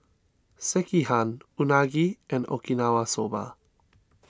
Sekihan Unagi and Okinawa Soba